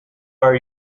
are